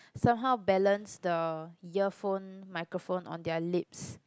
somehow balance the earphone microphone on their lips